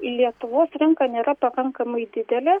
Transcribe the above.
lietuvos rinka nėra pakankamai didelė